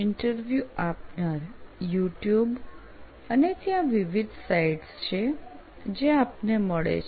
interview આપનાર YouTube અને ત્યાં વિવિધ સાઇટ્સ છે જ્યાં આપને મળે છે